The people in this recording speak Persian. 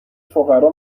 فقرا